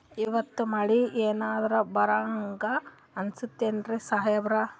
ಇವತ್ತ ಮಳಿ ಎನರೆ ಬರಹಂಗ ಅನಿಸ್ತದೆನ್ರಿ ಸಾಹೇಬರ?